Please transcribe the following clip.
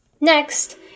Next